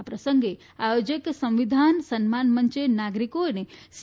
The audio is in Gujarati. આ પ્રસંગે આયોજક સંવિધાન સન્માન મંચે નાગરીકોએ સી